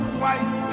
white